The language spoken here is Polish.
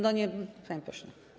No nie, panie pośle.